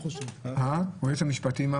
אומרת היועצת המשפטית?